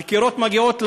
הדקירות מגיעות ללב.